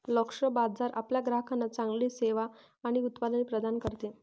लक्ष्य बाजार आपल्या ग्राहकांना चांगली सेवा आणि उत्पादने प्रदान करते